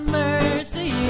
mercy